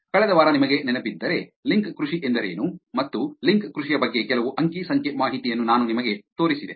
ಕಳೆದ ವಾರ ನಿಮಗೆ ನೆನಪಿದ್ದರೆ ಲಿಂಕ್ ಕೃಷಿ ಎಂದರೇನು ಮತ್ತು ಲಿಂಕ್ ಕೃಷಿಯ ಬಗ್ಗೆ ಕೆಲವು ಅಂಕಿ ಸಂಖ್ಯೆ ಮಾಹಿತಿಯನ್ನು ನಾನು ನಿಮಗೆ ತೋರಿಸಿದೆ